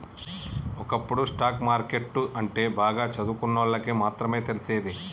ఒకప్పుడు stock market అంటే బాగా చదువుకున్నోళ్ళకి మాత్రమే తెలిసేది